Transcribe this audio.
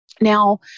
Now